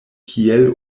kiel